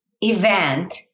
event